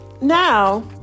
now